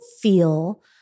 feel